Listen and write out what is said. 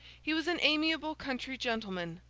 he was an amiable country gentleman,